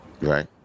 Right